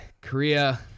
Korea